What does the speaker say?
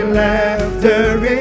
laughter